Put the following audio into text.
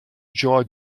jaw